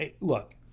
look